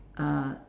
uh